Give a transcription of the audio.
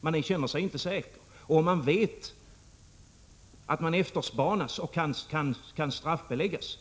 Man känner sig inte säker, och man vet att man efterspanas och kan straffbeläggas